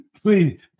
Please